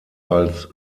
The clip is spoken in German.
als